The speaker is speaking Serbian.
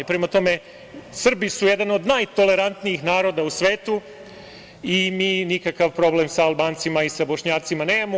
Prema tome, Srbi su jedan od najtolerantnijih naroda u svetu i mi nikakav problem sa Albancima i sa Bošnjacima nemamo.